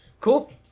cool